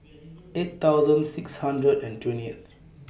eight thousand six hundred and twentyth